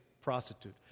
prostitute